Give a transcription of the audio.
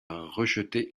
rejeté